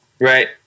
Right